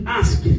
ask